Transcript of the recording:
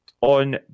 on